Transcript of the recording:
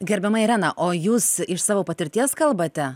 gerbiama irena o jūs iš savo patirties kalbate